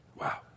Wow